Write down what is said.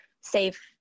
safe